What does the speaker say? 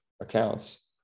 accounts